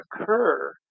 occur